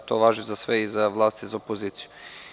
To važi za sve, i za vlast i za opoziciju.